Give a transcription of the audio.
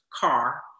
car